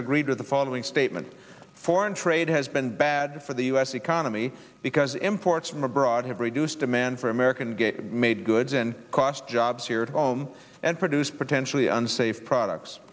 are greedier the following statement foreign trade has been bad for the u s economy because imports from abroad have reduced demand for american made goods and cost jobs here at home and produce potentially unsafe products